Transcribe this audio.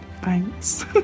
thanks